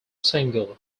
single